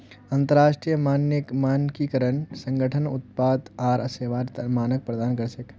अंतरराष्ट्रीय मानकीकरण संगठन उत्पाद आर सेवार तने मानक प्रदान कर छेक